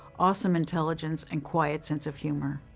awesome intelligence and quiet sense of humor.